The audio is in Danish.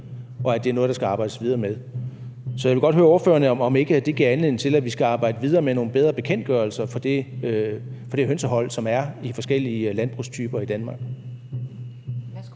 og det er noget, der skal arbejdes videre med. Så jeg vil godt høre ordføreren, om det ikke giver anledning til, at vi skal arbejde videre med nogle bedre bekendtgørelser for det hønsehold, der er i forskellige landbrugstyper i Danmark.